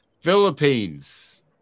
Philippines